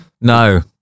no